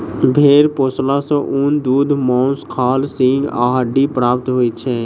भेंड़ पोसला सॅ ऊन, दूध, मौंस, खाल, सींग आ हड्डी प्राप्त होइत छै